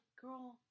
girl